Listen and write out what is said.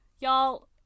y'all